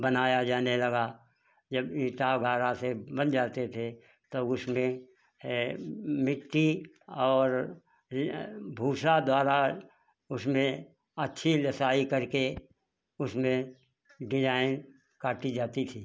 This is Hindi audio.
बनाया जाने लगा जब ईंटा गारा से बन जाते थे तब उसमें मिट्टी और भूसा द्वारा उसमें अच्छी लेसाई करके उसमें डिजाइन काटी जाती थी